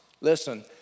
listen